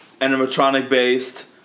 animatronic-based